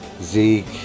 Zeke